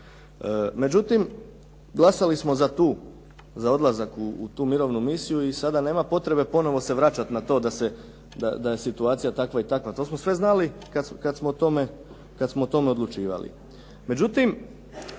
Međutim, glasali smo za odlazak u tu mirovnu misiju i sada nema potrebe ponovno se vraćati na to da je situacija takva i takva, to smo sve znali kad smo o tome odlučivali.